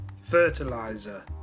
fertilizer